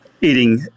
eating